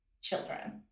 children